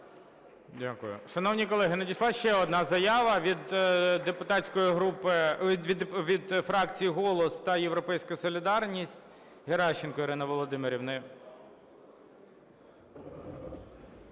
Дякую. Шановні колеги, надійшла ще одна заява від фракцій "Голос" та "Європейська солідарність". Геращенко Ірина Володимирівна.